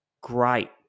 great